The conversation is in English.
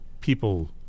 people